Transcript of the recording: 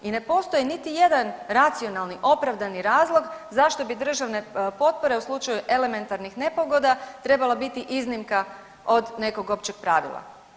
I ne postoji niti jedan racionalni, opravdani razlog zašto bi državne potpore u slučaju elementarnih nepogoda trebala biti iznimka od nekog općeg pravila.